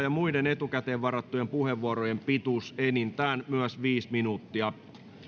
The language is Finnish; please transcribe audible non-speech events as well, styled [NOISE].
[UNINTELLIGIBLE] ja muiden etukäteen varattujen puheenvuorojen pituus myös enintään viisi minuuttia